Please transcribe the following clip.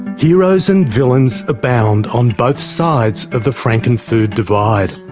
heroes and villains abound on both sides of the frankenfood divide.